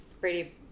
Brady